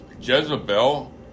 Jezebel